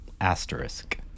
asterisk